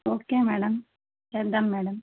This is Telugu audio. ఓకే మేడం చేద్దాము మేడం